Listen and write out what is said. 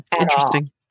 Interesting